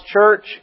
church